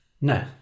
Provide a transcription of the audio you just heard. No